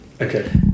Okay